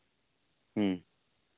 ᱦᱮᱸ